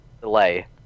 delay